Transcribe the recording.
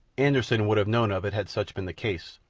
anderssen would have known of it had such been the case,